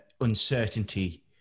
uncertainty